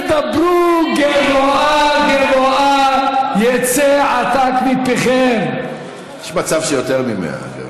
תדברו גבֹהה גבֹהה יצא עָתָק מפיכם." יש מצב שיותר מ-100.